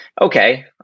okay